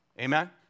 Amen